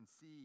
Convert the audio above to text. see